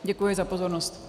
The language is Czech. Děkuji za pozornost.